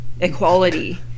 equality